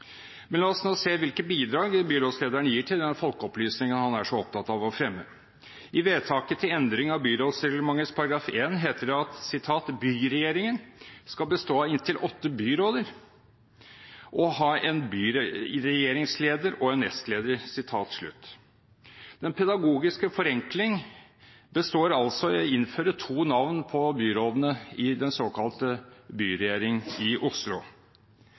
Men la oss nå se hvilke bidrag byrådslederen gir til den folkeopplysningen han er så opptatt av å fremme. I vedtaket til endring av byrådsreglementet § 1 heter det at «byregjeringen består av inntil 8 byråder, og har en byregjeringsleder og en nestleder». Den pedagogiske forenkling består altså i å innføre to navn på byrådene i den såkalte byregjeringen i Oslo.